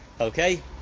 Okay